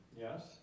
Yes